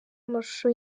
amashusho